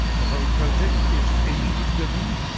the whole project is elite driven,